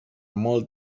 molt